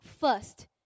first